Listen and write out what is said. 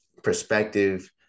perspective